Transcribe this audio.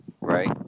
right